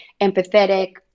empathetic